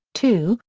two,